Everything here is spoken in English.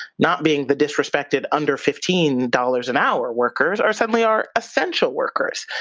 not being the disrespected under fifteen dollars an hour workers are suddenly are essential workers.